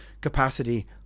capacity